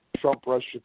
Trump-Russia